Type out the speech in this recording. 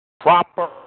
Proper